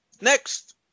next